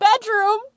bedroom